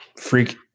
freak